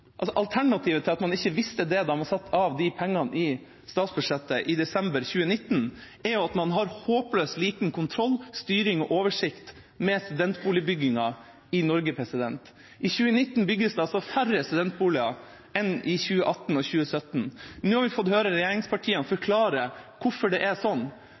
Alternativet til at man ikke visste det da man satte av de pengene i statsbudsjettet i desember 2018, er at man har håpløst lite kontroll, styring og oversikt med studentboligbyggingen i Norge. I 2019 bygges det færre studentboliger enn i 2018 og 2017. Nå har vi fått høre regjeringspartiene forklare hvorfor det er sånn.